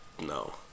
No